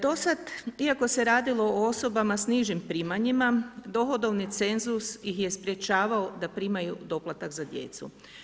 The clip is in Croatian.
Do sada, iako se radilo o osobama sa nižim primanjima dohodovni cenzus ih je sprječavao da primaju doplatak za djecu.